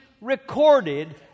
Recorded